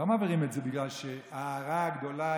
לא מעבירים את זה בגלל שההארה הגדולה